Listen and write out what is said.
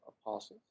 apostles